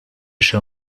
show